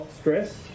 stress